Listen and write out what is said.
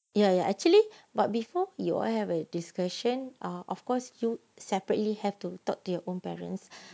ya ya actually but before you all have a discussion uh of course you separately have to talk to your own parents